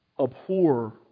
Abhor